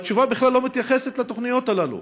התשובה בכלל לא מתייחסת לתוכניות הללו.